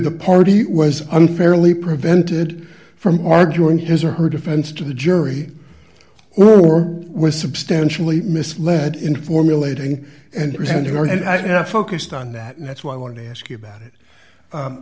the party was unfairly prevented from arguing his or her defense to the jury or was substantially misled in formulating and reason there and i have focused on that and that's why i wanted to ask you about it